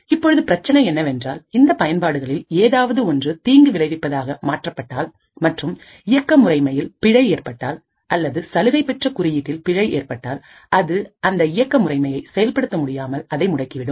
இப்பொழுது பிரச்சனை என்னவென்றால் இந்த பயன்பாடுகளில் ஏதாவது ஒன்று தீங்கு விளைவிப்பதாக மாற்றப்பட்டால் மற்றும் இயக்க முறைமையில் பிழை ஏற்பட்டால் அல்லது சலுகை பெற்ற குறியீட்டில் பிழை ஏற்பட்டால் அது அந்த இயக்க முறைமையை செயல்படுத்த முடியாமல் அதை முடக்கிவிடும்